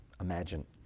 imagine